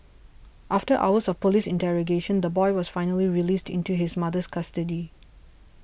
after hours of police interrogation the boy was finally released into his mother's custody